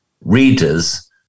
readers